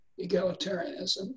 egalitarianism